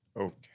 okay